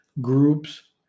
groups